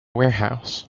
warehouse